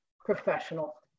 professional